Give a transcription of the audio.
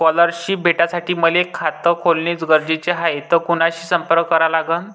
Scholarship भेटासाठी मले खात खोलने गरजेचे हाय तर कुणाशी संपर्क करा लागन?